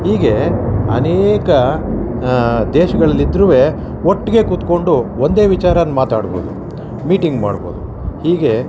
ಹೀಗೆ ಅನೇಕ ದೇಶಗಳಲ್ಲಿ ಇದ್ದರೂ ಒಟ್ಟಿಗೆ ಕೂತ್ಕೊಂಡು ಒಂದೇ ವಿಚಾರಾನ ಮಾತಾಡಬೇಕು ಮೀಟಿಂಗ್ ಮಾಡ್ಬೋದು ಹೀಗೆ